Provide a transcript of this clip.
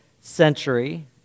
century